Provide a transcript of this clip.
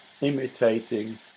imitating